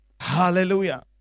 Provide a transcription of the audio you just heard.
Hallelujah